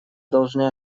должны